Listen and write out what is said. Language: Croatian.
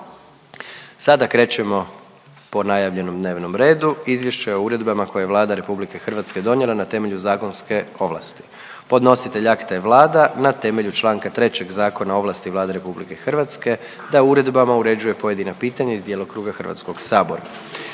Sada krećemo po najavljenom dnevnom redu: - Izvješće o uredbama koje je Vlada RH donijela na temelju zakonske ovlasti. Podnositelj akta je Vlada na temelju čl. 3. Zakona o ovlasti Vlade RH da uredbama uređuje pojedina pitanja iz djelokruga HS. Raspravu